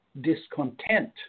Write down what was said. discontent